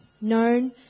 known